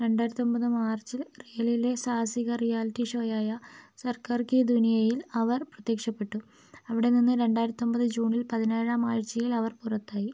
രണ്ടായിരത്തൊമ്പത് മാർച്ചിൽ റിയലിലെ സാഹസിക റിയാലിറ്റി ഷോയായ സർക്കാർ കി ദുനിയയിൽ അവർ പ്രത്യക്ഷപ്പെട്ടു അവിടെ നിന്ന് രണ്ടായിരത്തൊമ്പത് ജൂണിൽ പതിനേഴാം ആഴ്ചയിൽ അവർ പുറത്തായി